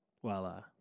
Voila